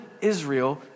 Israel